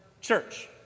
church